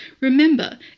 Remember